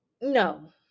no